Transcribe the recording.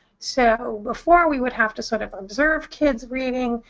so before we would have to sort of observe kids reading,